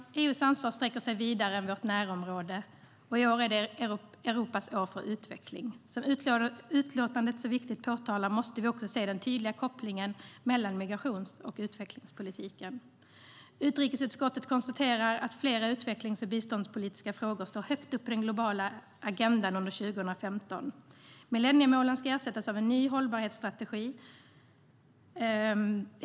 EU:s ansvar sträcker sig vidare än till vårt närområde. I år är det Europas år för utveckling. Som utlåtandet så viktigt påpekar måste vi se den tydliga kopplingen mellan migrations och utvecklingspolitiken. Utrikesutskottet konstaterar att flera utvecklings och biståndspolitiska frågor står högt på den globala agendan under 2015. Millenniemålen ska ersättas av en ny hållbarhetsstrategi.